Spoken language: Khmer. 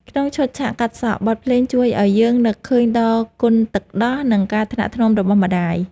ក្នុងឈុតឆាកកាត់សក់ បទភ្លេងជួយឱ្យយើងនឹកឃើញដល់គុណទឹកដោះ និងការថ្នាក់ថ្នមរបស់ម្ដាយ។